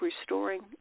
restoring